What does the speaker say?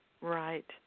Right